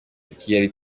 kigali